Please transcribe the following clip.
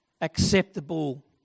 acceptable